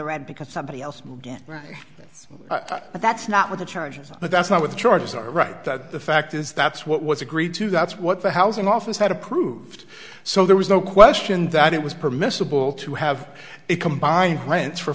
the red because somebody else will get it but that's not what the charges are but that's not what the charges are right that the fact is that's what was agreed to that's what the housing office had approved so there was no question that it was permissible to have a combined ranch for